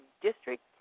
district